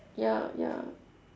ya ya